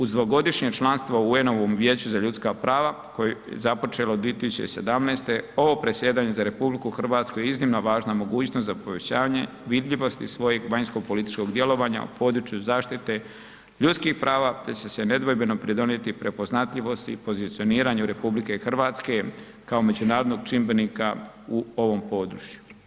Uz dvogodišnje članstvo u UN-ovom Vijeću za ljudska prava koje je započelo 2017. ovo predsjedanje za RH je iznimno važna mogućnost za povećanje vidljivosti svojih vanjsko političkog djelovanja u području zaštite ljudskih prava te će se nedvojbeno pridonijeti prepoznatljivosti i pozicioniranju RH kao međunarodnog čimbenika u ovom području.